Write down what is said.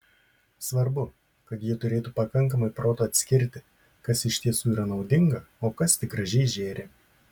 svarbu kad ji turėtų pakankamai proto atskirti kas iš tiesų yra naudinga o kas tik gražiai žėri